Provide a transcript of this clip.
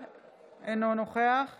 אבל כשהקשבתי לך,